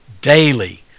daily